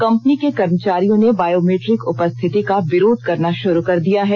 company के कर्मचारियों ने बायोमैट्रिक उपस्थिति का विरोध करना षुरू कर दिया है